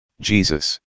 Jesus